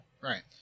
Right